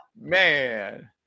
Man